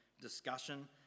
discussion